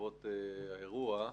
בעקבות האירוע,